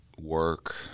work